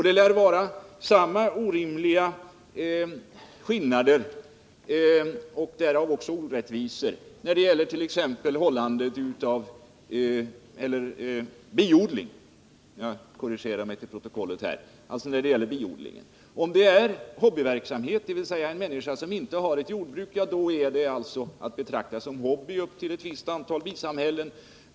Det lär vara samma skillnader — och därmed också orättvisor — när det gäller biodling. Om det är en människa som inte har ett jordbruk, är det att betrakta som hobby — upp till ett visst antal bisamhällen.